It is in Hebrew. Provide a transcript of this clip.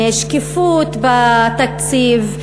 שקיפות בתקציב,